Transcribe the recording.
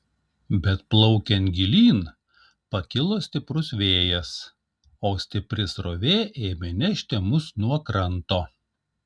bet plaukiant gilyn pakilo stiprus vėjas o stipri srovė ėmė nešti mus nuo kranto